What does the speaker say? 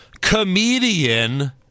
Comedian